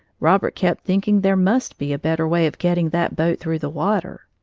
robert kept thinking there must be a better way of getting that boat through the water.